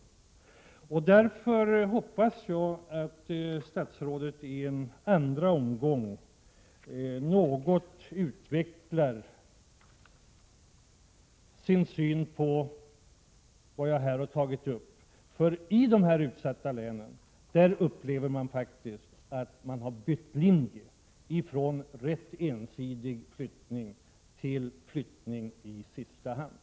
Jag hoppas därför att statsrådet i en andra omgång något utvecklar sin syn på vad jag här har tagit upp. I de här utsatta länen upplever människorna faktiskt att man har bytt linje från rätt ensidig flyttning till flyttning i sista hand.